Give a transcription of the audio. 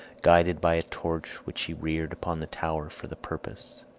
guided by a torch which she reared upon the tower for the purpose.